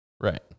right